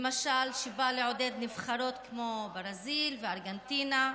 למשל, שבא לעודד נבחרות כמו ברזיל וארגנטינה.